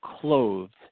clothed